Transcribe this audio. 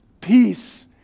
peace